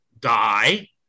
die